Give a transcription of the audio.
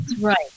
right